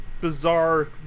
bizarre